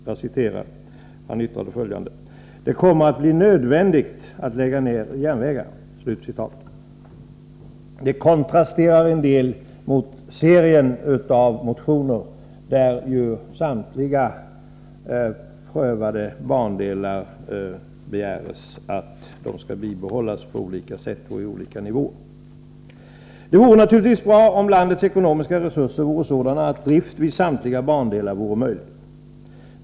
Han yttrade: ”Det kommer att bli nödvändigt att lägga ned järnvägar.” Det kontrasterar en del mot serien av motioner, där det begärs att samtliga prövade bandelar skall bibehållas på olika nivåer. Det vore naturligtvis bra om landets ekonomiska resurser vore sådana att drift vid samtliga bandelar vore möjlig.